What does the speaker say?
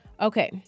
Okay